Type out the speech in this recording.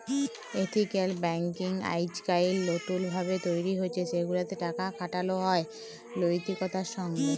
ethical banking আইজকাইল লতুল ভাবে তৈরি হছে সেগুলাতে টাকা খাটালো হয় লৈতিকতার সঙ্গে